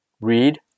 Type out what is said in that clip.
Read